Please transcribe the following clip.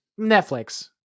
Netflix